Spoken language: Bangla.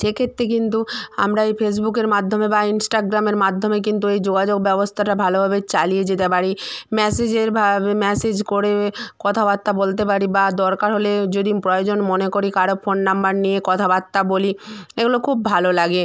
সেক্ষেত্রে কিন্তু আমরা এই ফেসবুকের মাধ্যমে বা ইন্সটাগ্রামের মাধ্যমে কিন্তু এই যোগাযোগ ব্যবস্তাটা ভালোভাবে চালিয়ে যেতে পারি ম্যাসেজের বা ম্যাসেজ করে কথাবার্তা বলতে পারি বা দরকার হলে যদি প্রয়োজন মনে করি কারো ফোন নাম্বার নিয়ে কথাবার্তা বলি এগুলো খুব ভালো লাগে